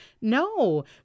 No